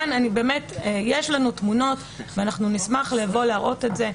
יש לנו תמונות ואנחנו נשמח לבוא ולהראות את זה.